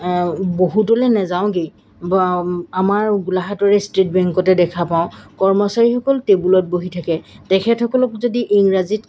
বহুতলৈ নাযাওঁগৈই আমাৰ গোলাঘাটৰে ষ্টেট বেংকতে দেখা পাওঁ কৰ্মচাৰীসকল টেবুলত বহি থাকে তেখেতসকলক যদি ইংৰাজীত